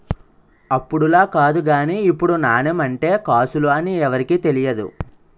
అప్పుడులా కాదు గానీ ఇప్పుడు నాణెం అంటే కాసులు అని ఎవరికీ తెలియదు